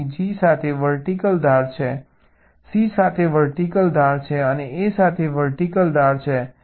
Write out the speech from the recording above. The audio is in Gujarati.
તેથી x1 માંથી G સાથે વર્ટિકલ ધાર છે C સાથે વર્ટિકલ ધાર છે અને A સાથે વર્ટિકલ ધાર છે